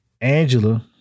Angela